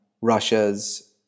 Russia's